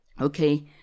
Okay